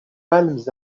palmes